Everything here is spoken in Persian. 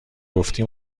گفتی